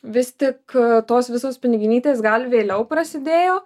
vis tik tos visos piniginytės gal vėliau prasidėjo